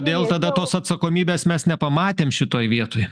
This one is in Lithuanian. dėl tada tos atsakomybės mes nepamatėm šitoj vietoj